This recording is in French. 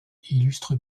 illustre